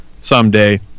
someday